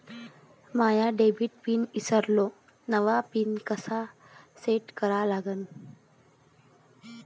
माया debit pin ईसरलो, नवा pin कसा सेट करा लागन?